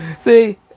See